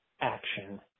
action